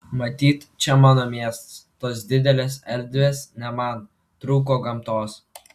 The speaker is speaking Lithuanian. matyt čia mano miestas tos didelės erdvės ne man trūko gamtos